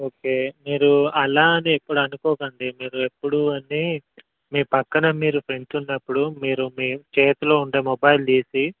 okay మీరు అలా అని ఎప్పుడు అనుకోకండి మీరు ఎప్పుడూ అన్నీ మీ పక్కన మీరు ఫ్రెండ్స్ ఉన్నప్పుడు మీరు మీ చేతిలో ఉండే మొబైల్ తీసి